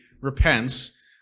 repents